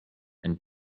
and